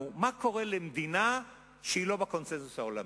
מה קורה למדינה שהיא לא בקונסנזוס העולמי.